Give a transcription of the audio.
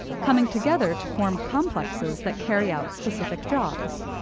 coming together to form complexes that carry out specific jobs.